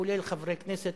כולל חברי כנסת